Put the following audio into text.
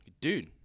Dude